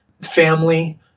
family